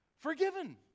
Forgiven